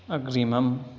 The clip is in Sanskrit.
अग्रिमम्